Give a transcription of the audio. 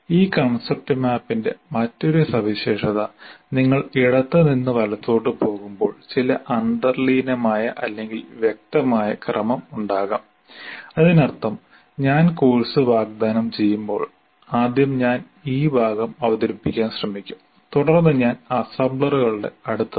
ഈ കൺസെപ്റ്റ് മാപ്പിന്റെ മറ്റൊരു സവിശേഷത നിങ്ങൾ ഇടത്തുനിന്ന് വലത്തോട്ട് പോകുമ്പോൾ ചില അന്തർലീനമായ അല്ലെങ്കിൽ വ്യക്തമായ ക്രമം ഉണ്ടാകാം അതിനർത്ഥം ഞാൻ കോഴ്സ് വാഗ്ദാനം ചെയ്യുമ്പോൾ ആദ്യം ഞാൻ ഈ ഭാഗം അവതരിപ്പിക്കാൻ ശ്രമിക്കും തുടർന്ന് ഞാൻ അസംബ്ലർകളുടെ അടുത്തെത്തും